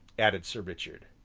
added sir richard.